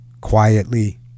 quietly